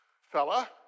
Fella